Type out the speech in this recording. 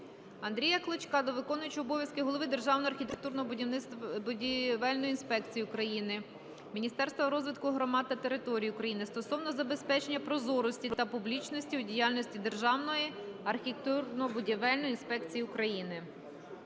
Андрія Клочка до виконуючого обов'язки голови Державної архітектурно-будівельної інспекції України, міністра розвитку громад та територій України стосовно забезпечення прозорості та публічності у діяльності Державної архітектурно-будівельної інспекції України.